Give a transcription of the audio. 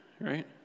right